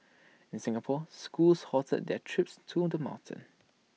in Singapore schools halted their trips to the mountain